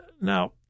Now